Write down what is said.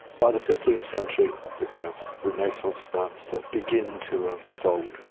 by the fifteenth century, the kind of renaissance starts to begin to unfold,